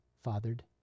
fathered